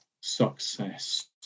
success